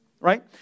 Right